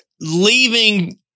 leaving